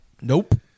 Nope